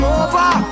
over